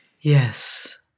Yes